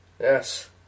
Yes